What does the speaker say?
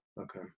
Okay